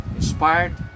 inspired